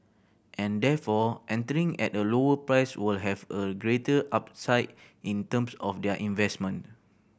and therefore entering at a lower price will have a greater upside in terms of their investment